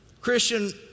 Christian